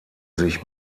sich